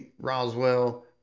Roswell